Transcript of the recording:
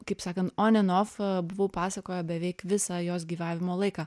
kaip sakant on and off buvau pasakoje beveik visą jos gyvavimo laiką